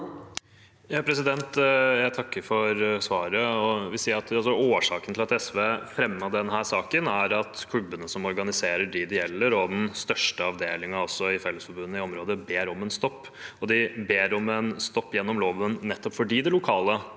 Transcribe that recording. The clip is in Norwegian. ker for svaret og vil si at årsaken til at SV fremmet denne saken, er at forbundet som organiserer dem det gjelder, og den største avdelingen i Fellesforbundet i området, ber om en stopp. De ber om en stopp gjennom loven, nettopp fordi det lokale